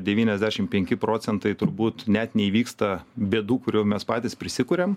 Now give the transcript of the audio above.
devyniasdešimt penki procentai turbūt net neįvyksta bėdų kurių mes patys prisikuriam